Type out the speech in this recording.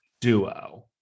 duo